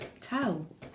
tell